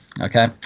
Okay